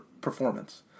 performance